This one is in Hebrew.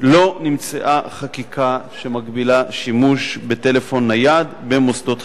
לא נמצאה חקיקה שמגבילה שימוש בטלפון נייד במוסדות חינוך.